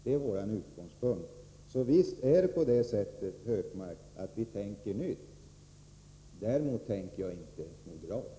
Det är vår utgångspunkt. Så visst ”tänker vi nytt”, Gunnar Hökmark. Däremot tänker jag inte moderat.